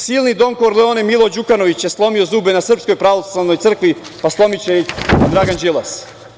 Silni don Korleone Milo Đukanović je slomio zube na Srpskoj pravoslavnoj crkvi, pa slomiće ih i Dragan Đilas.